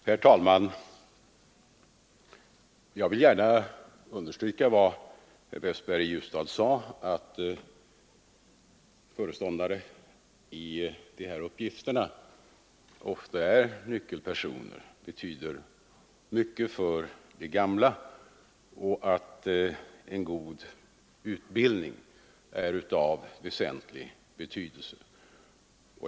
Herr talman! Jag vill gärna understryka vad herr Westberg i Ljusdal sade, att föreståndare med dessa uppgifter ofta är nyckelpersoner som betyder mycket för de gamla och att en god utbildning är av väsentlig betydelse.